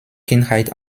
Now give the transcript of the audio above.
kindheit